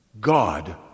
God